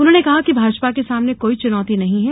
उन्होंने कहा कि भाजपा के सामने कोई चुनौति नहीं है